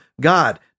God